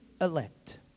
elect